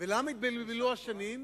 ולמה התבלבלו השנים?